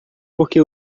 porque